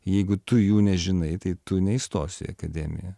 jeigu tu jų nežinai tai tu neįstosi į akademiją